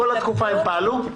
בכל התקופה הם פעלו?